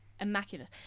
Immaculate